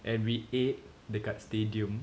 and we ate dekat stadium